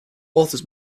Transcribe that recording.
authors